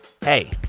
Hey